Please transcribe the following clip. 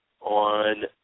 on